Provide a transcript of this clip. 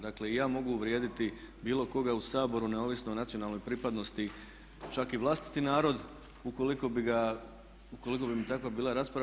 Dakle i ja mogu uvrijediti bilo koga u Saboru neovisno o nacionalnoj pripadnosti čak i vlastiti narod ukoliko bi ga, ukoliko bi mi takva bila rasprava.